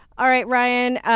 all right, ryan.